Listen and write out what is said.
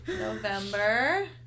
November